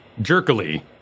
jerkily